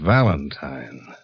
Valentine